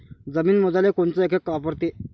जमीन मोजाले कोनचं एकक वापरते?